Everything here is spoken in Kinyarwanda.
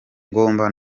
ngomba